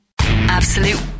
Absolute